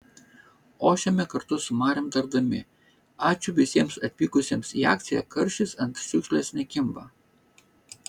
ošiame kartu su mariom tardami ačiū visiems atvykusiems į akciją karšis ant šiukšlės nekimba